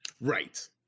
right